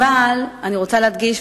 אבל אני רוצה להדגיש,